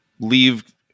leave